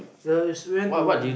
uh is went to